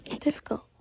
difficult